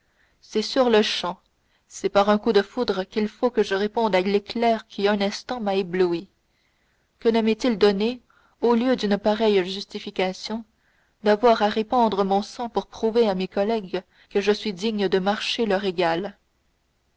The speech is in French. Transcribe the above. c'est sur-le-champ c'est par un coup de foudre qu'il faut que je réponde à l'éclair qui un instant m'a ébloui que ne m'est-il donné au lieu d'une pareille justification d'avoir à répandre mon sang pour prouver à mes collègues que je suis digne de marcher leur égal